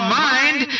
mind